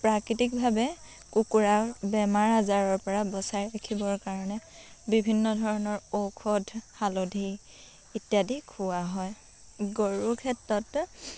প্ৰাকৃতিকভাৱে কুকুৰাক বেমাৰ আজাৰৰ পৰা বচাই ৰাখিবৰ কাৰণে বিভিন্ন ধৰণৰ ঔষধ হালধি ইত্যাদি খুওৱা হয় গৰুৰ ক্ষেত্ৰত